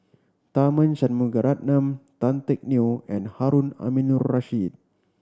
Tharman Shanmugaratnam Tan Teck Neo and Harun Aminurrashid